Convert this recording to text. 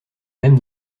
même